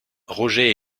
roger